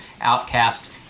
outcast